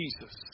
Jesus